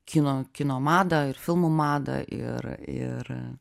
kino kino madą ir filmų madą ir ir